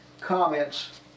comments